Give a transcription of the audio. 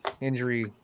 injury